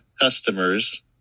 customers